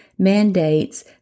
mandates